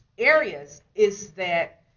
areas, is that